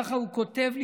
ככה הוא כותב לי.